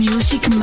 Music